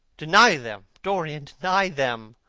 deny them, dorian, deny them!